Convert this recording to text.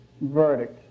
verdict